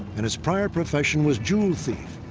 and his prior profession was jewel thief.